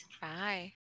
bye